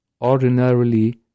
Ordinarily